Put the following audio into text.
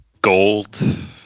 Gold